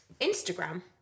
Instagram